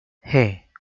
hey